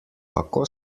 kako